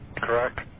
correct